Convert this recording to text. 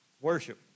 Worship